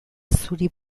zuri